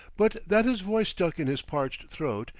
but that his voice stuck in his parched throat,